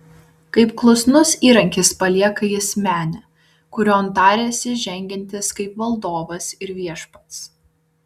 kaip klusnus įrankis palieka jis menę kurion tarėsi žengiantis kaip valdovas ir viešpats